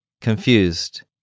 Confused